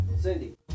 Cindy